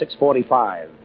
6.45